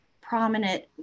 prominent